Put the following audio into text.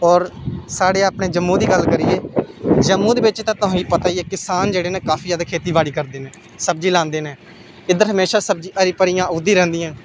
होर साढ़े अपने जम्मू दी गल्ल करियै जम्मू दे बिच्च ते तुसें गी पता गै ऐ किसान जेह्ड़े न काफी जैदा खेती बाड़ी करदे न सब्जी लांदे न इद्धर हमेशा सब्जियां हरी बरी इ'यां उगदी रैंह्दियां न